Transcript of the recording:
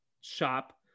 shop